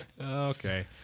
okay